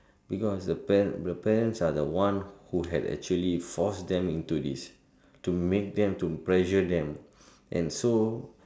because the a the parents are the ones who had actually forced them into this to make them to pressure them and so